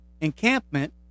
encampment